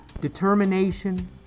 Determination